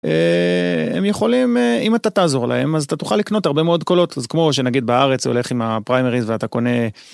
הם יכולים אם אתה תעזור להם אז אתה תוכל לקנות הרבה מאוד קולות אז כמו שנגיד בארץ הולך עם הפריימריז ואתה קונה...